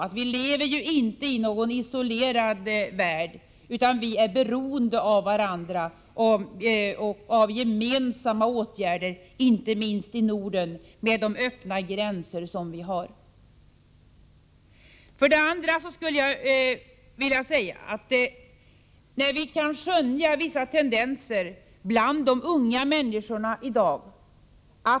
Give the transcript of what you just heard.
Vilever ju inte i någon isolerad värld utan är beroende av varandra och av gemensamma åtgärder, inte minst i Norden med dess öppna gränser. Vi kan i dag skönja vissa tendenser hos de unga människorna.